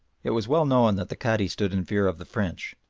it was well known that the cadi stood in fear of the french,